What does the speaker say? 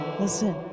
Listen